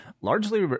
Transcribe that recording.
largely